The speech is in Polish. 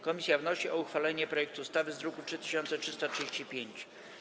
Komisja wnosi o uchwalenie projektu ustawy z druku nr 3335.